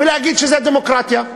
ולהגיד שזאת דמוקרטיה.